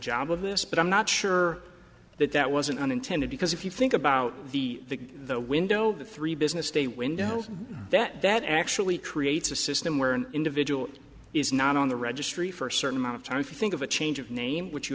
job of this but i'm not sure that that wasn't unintended because if you think about the the window the three business day window that that actually creates a system where an individual is not on the registry for a certain amount of time if you think of a change of name which you